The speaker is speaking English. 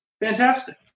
fantastic